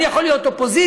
אני יכול להיות אופוזיציה,